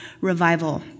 revival